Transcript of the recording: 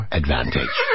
advantage